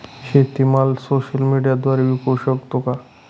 शेतीमाल सोशल मीडियाद्वारे विकू शकतो का?